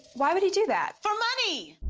why would he do that? for money!